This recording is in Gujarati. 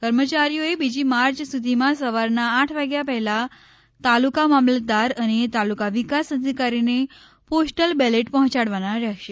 કર્મયારીઓએ બીજી માર્ચ સુધીમાં સવારના આઠ વાગ્યા પહેલાં તાલુકા મામલતદાર અને તાલુકા વિકાસ અધિકારીને પોસ્ટલ બેલેટ પહોંચાડવાના રહેશે